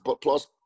Plus